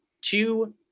two